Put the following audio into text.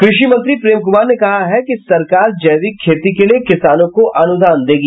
कृषि मंत्री प्रेम कुमार ने कहा है कि सरकार जैविक खेती के लिये किसानों को अनुदान देगी